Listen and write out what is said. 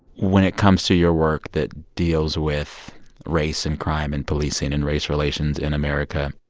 when it comes to your work that deals with race and crime and policing and race relations in america,